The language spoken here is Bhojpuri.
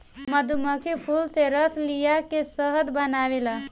मधुमक्खी फूल से रस लिया के शहद बनावेले